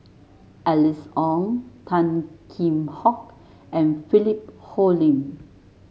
Alice Ong Tan Kheam Hock and Philip Hoalim